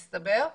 מסתבר,